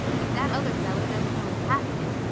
if that other fellow doesn't know his happiness,